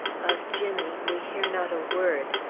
of jimmy we hear not a word,